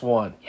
one